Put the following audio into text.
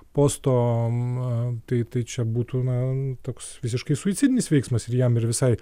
posto m tai tai čia būtų na toks visiškai suicidinis veiksmas ir jam ir visai